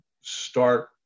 start